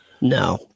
No